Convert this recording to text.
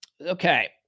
Okay